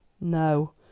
No